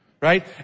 right